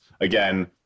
again